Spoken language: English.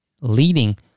leading